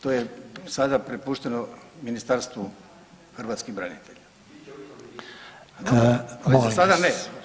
To je sada prepušteno Ministarstvu hrvatskih branitelja. … [[Upadica: Ne razumije se.]] sada ne.